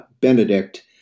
Benedict